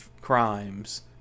crimes